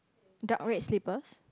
dark red slippers